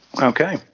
okay